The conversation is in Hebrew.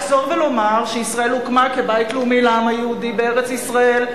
לחזור ולומר שישראל הוקמה כבית לאומי לעם היהודי בארץ-ישראל,